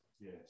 Yes